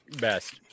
Best